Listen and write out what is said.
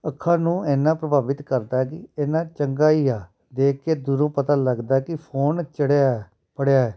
ਅੱਖਾਂ ਨੂੰ ਇੰਨਾਂ ਪ੍ਰਭਾਵਿਤ ਕਰਦਾ ਕਿ ਇੰਨਾਂ ਚੰਗਾ ਹੀ ਆ ਦੇਖ ਕੇ ਦੂਰੋਂ ਪਤਾ ਲੱਗਦਾ ਕਿ ਫੋਨ ਚੜਿਆ ਹੈ ਫੜਿਆ ਹੈ